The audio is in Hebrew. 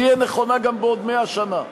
תהיה נכונה גם בעוד 100 שנה.